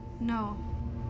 no